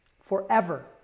Forever